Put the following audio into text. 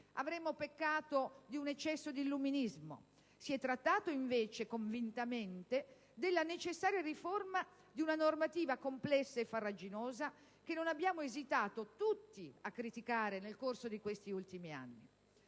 avremmo peccato di un eccesso di illuminismo! Si è trattato invece convintamente della necessaria riforma di una normativa complessa e farraginosa, che non abbiamo esitato, tutti, a criticare nel corso di questi ultimi anni.